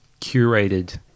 curated